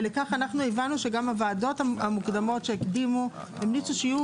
ולכך אנחנו הבנו שגם הוועדות המוקדמות שהקדימו המליצו שיהיו